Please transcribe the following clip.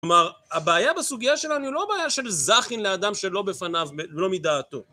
כלומר, הבעיה בסוגיה שלנו היא לא בעיה של זכין לאדם שלא בפניו, לא מדעתו.